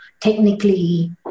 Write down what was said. technically